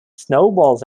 snowballs